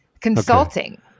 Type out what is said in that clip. consulting